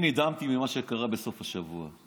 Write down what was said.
אני נדהמתי ממה שקרה בסוף השבוע.